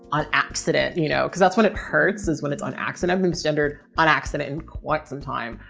on accident, you know, cause that's when it hurts is when it's on accident. i've been centered on accident in quite some time.